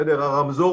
הרמזור,